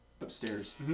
upstairs